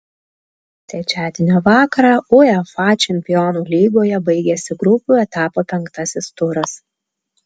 trečiadienio vakarą uefa čempionų lygoje baigėsi grupių etapo penktasis turas